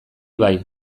bai